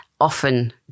often